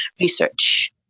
research